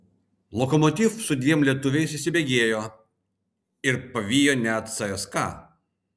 lokomotiv su dviem lietuviais įsibėgėjo ir pavijo net cska